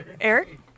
Eric